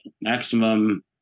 maximum